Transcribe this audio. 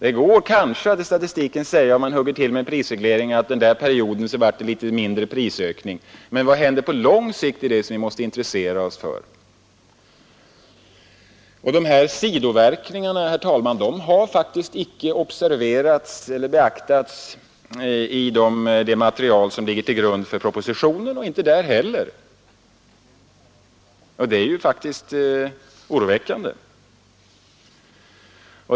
Det går kanske att i statistiken se, om man hugger till med prisregleringar, att det för den eller den perioden blev litet mindre prisökningar, men det är vad som händer på lång sikt som vi måste intressera oss för. De här sidoverkningarna, herr talman, har faktiskt icke observerats eller beaktats i det material som ligger till grund för propositionen och inte i propositionen heller. Detta är oroväckande.